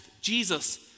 Jesus